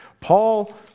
Paul